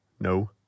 no